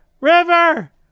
river